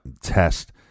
test